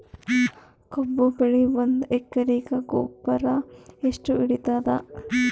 ಕಬ್ಬು ಬೆಳಿ ಒಂದ್ ಎಕರಿಗಿ ಗೊಬ್ಬರ ಎಷ್ಟು ಹಿಡೀತದ?